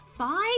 Five